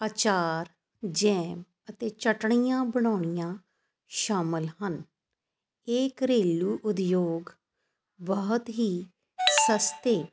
ਅਚਾਰ ਜੈਮ ਅਤੇ ਚਟਣੀਆਂ ਬਣਾਉਣੀਆਂ ਸ਼ਾਮਿਲ ਹਨ ਇਹ ਘਰੇਲੂ ਉਦਯੋਗ ਬਹੁਤ ਹੀ ਸਸਤੇ